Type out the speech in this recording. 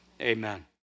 amen